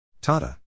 Tata